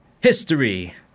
History